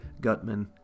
Gutman